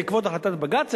בעקבות החלטת בג"ץ,